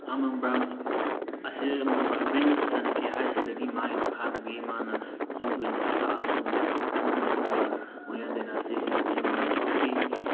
ꯑꯁꯤ ꯕ꯭ꯔꯍꯃꯤꯟ ꯆꯅꯀ꯭ꯌꯥ ꯍꯥꯏꯔꯤꯁꯤꯗꯒꯤ ꯃꯥꯒꯤ ꯃꯈꯥꯗꯒꯤ ꯃꯥꯅ ꯂꯨꯆꯤ ꯄꯨꯔꯦꯜ ꯑꯁꯤꯗ ꯇꯥꯛꯑ ꯃꯇꯨꯡꯗ ꯈꯪꯉ ꯃꯇꯨꯡꯗ ꯃꯧꯔꯤꯌꯥ ꯗꯥꯏꯅꯥꯁꯇꯤꯁꯤ ꯃꯥꯅ ꯄꯨꯊꯣꯛꯈꯤ